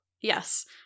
Yes